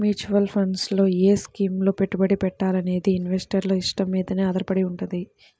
mutual funds లో ఏ స్కీముల్లో పెట్టుబడి పెట్టాలనేది ఇన్వెస్టర్ల ఇష్టం మీదనే ఆధారపడి వుంటది